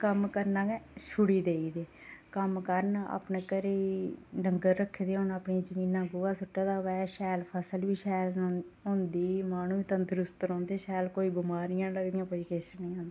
कम्म करना गै छुड़ी देई दे कम्म करन अपने घरै गी डंगर रक्खे दे होन अपनी जमीनै गी गोहा सु'ट्टे दा होऐ शैल फसल बी शैल होंदी ते माह्नू बी तंदरुस्त रौंह्दे शैल कोई बमारियां निं लगदियां कोई किश निं होंदा